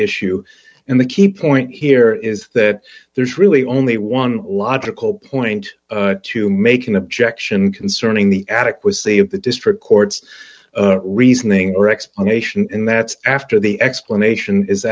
issue and the key point here is that there's really only one logical point to make an objection concerning the addict was they have the district courts reasoning or explanation and that's after the explanation is